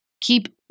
keep